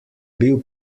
bil